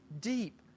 deep